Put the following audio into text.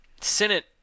Senate